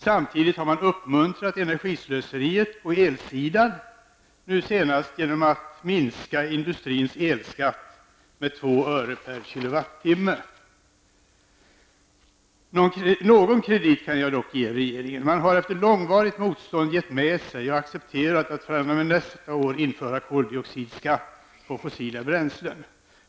Samtidigt har man uppmuntrat energislöseriet på elsidan, nu senast genom att minska industrins elskatt med 2 öre per kWh. Någon kredit kan jag dock ge regeringen. Man har efter långvarigt motstånd gett med sig och accepterat att fr.o.m. nästa år införa koldioxidskatt på fossila bränslen.